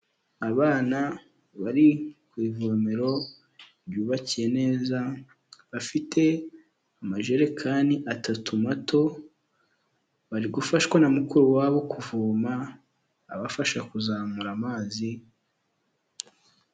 Abana bari ku ivomero ryubakiye neza, bafite amajerekani atatu mato, bari gufashwa na mukuru wabo kuvoma, abafasha kuzamura amazi.